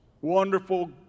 wonderful